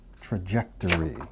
trajectory